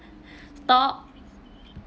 stop